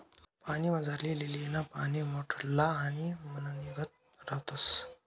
पाणीमझारली लीलीना पाने मोठल्ला आणि मेणनीगत रातस